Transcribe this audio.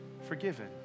forgiven